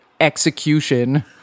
execution